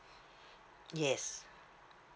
yes